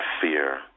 fear